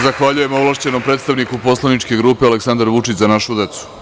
Zahvaljujem ovlašćenom predstavniku poslaničke grupe Aleksandar Vučić – Za našu decu.